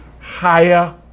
higher